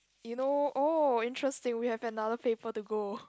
you know oh interesting we have another paper to go